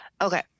okay